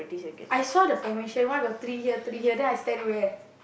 I saw the formation why got three here three here then I stand where